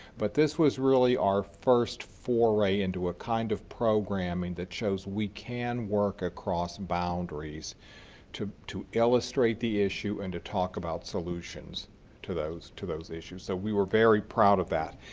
but this was really our first foray into a kind of programing that shows we can work across boundaries to to illustrate the issue and to talk about solutions to those to those issues, so we were very proud of that.